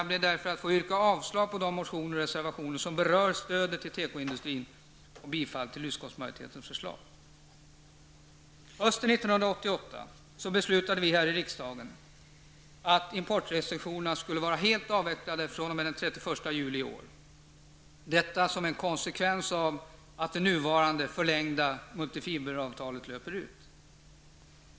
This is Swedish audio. Jag ber därför att få yrka avslag på de motioner och reservationer som berör stödet till tekoindustrin och bifall till utskottsmajoritetens förslag. Hösten 1988 beslutade vi här i riksdagen att importrestriktionerna skulle vara helt avvecklade fr.o.m. den 31 juli i år. Detta som en konsekvens av att det nuvarande förlängda multifiberavtalet löper ut.